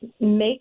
make